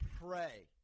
pray